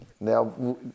Now